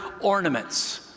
ornaments